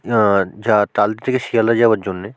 যা তাল থেকে শিয়ালদা যাওয়ার জন্য